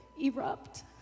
erupt